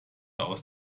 aus